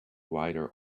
rider